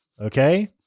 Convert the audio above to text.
Okay